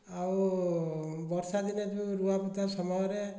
ଆଉ ବର୍ଷାଦିନେ ଯେଉଁ ରୂଆ ପୋତା ସମୟରେ